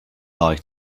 like